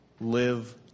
Live